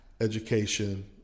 education